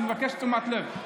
אני מבקש תשומת לב.